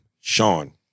Sean